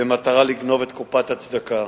במטרה לגנוב את קופת הצדקה.